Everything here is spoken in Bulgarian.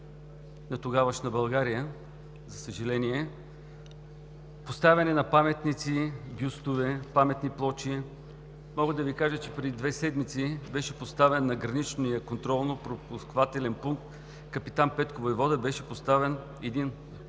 на тогавашна България, за съжаление, поставяне на паметници, бюстове, паметни плочи. Мога да Ви кажа, че преди две седмици на граничния контролно-пропускателен пункт „Капитан Петко войвода“ беше поставен един много